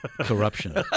Corruption